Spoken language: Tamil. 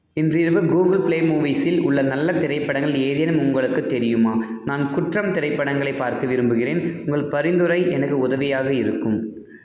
இன்றிரவு கூகுள் ப்ளே மூவீஸில் உள்ள நல்ல திரைப்படங்கள் ஏதேனும் உங்களுக்கு தெரியுமா நான் குற்றம் திரைப்படங்களைப் பார்க்க விரும்புகிறேன் உங்கள் பரிந்துரை எனக்கு உதவியாக இருக்கும்